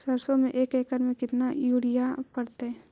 सरसों में एक एकड़ मे केतना युरिया पड़तै?